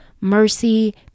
Mercy